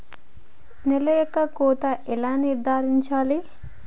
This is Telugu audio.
నేల యొక్క కోత ఎలా నిర్ధారించాలి?